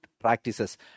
practices